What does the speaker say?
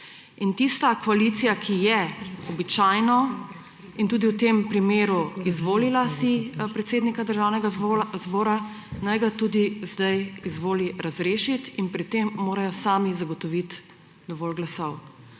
tista koalicija, ki je običajno in tudi v tem primeru izvolila si predsednika Državnega zbora, naj ga tudi zdaj razreši in pri tem morajo sami zagotoviti dovolj glasov.